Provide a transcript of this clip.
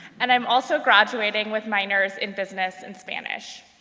and i'm also graduating with minors in business and spanish.